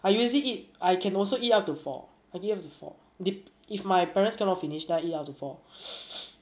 I usually eat I can also eat up to four I can eat up to four dep~ if my parents cannot finish then I eat up to four